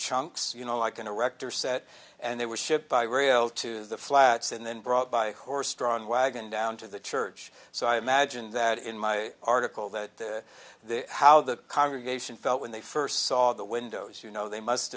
chunks you know like an erector set and they were shipped by rail to the flats and then brought by a horse drawn wagon down to the church so i imagine that in my article that how the congregation felt when they first saw the windows you know they must